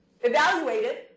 evaluated